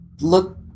look